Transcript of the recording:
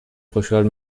خوشحال